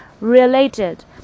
related